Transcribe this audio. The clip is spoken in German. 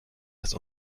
des